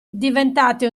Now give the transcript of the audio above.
diventate